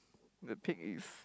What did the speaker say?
the pig is